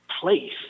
place